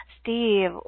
Steve